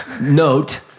note